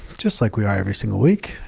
just like we are every single week.